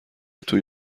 توی